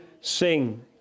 Sing